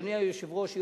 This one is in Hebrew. אדוני היושב-ראש,